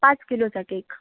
पाच किलोचा केक